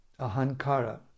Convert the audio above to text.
ahankara